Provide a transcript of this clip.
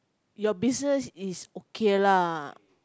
your business is okay lah